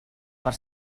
per